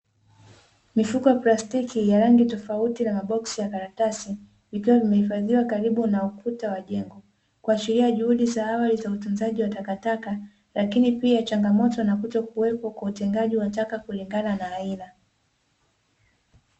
Mifuko ya plastiki ya rangi tofauti na maboksi ya karatasi, vikiwa vimehifadhiwa karibu na ukuta wa jengo kuashiria juhudi za awali za utunzaji wa takataka, lakini pia changamoto na kutokuwepo kwa utengaji wa taka kulingana na aina.